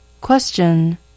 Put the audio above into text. Question